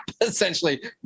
essentially